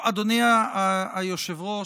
אדוני היושב-ראש,